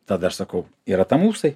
tada aš sakau yra tam ūsai